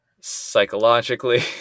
psychologically